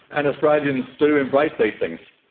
and australians do embrace these things.